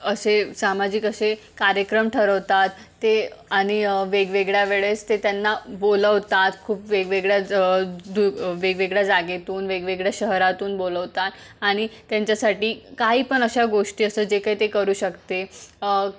असे सामाजिक असे कार्यक्रम ठरवतात ते आणि वेगवेगळ्या वेळेस ते त्यांना बोलवतात खूप वेगवेगळ्या दु वेगवेगळ्या जागेतून वेगवेगळ्या शहरातून बोलवतात आणि त्यांच्यासाठी काही पण अशा गोष्टी असत जे काही ते करू शकते